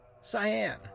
cyan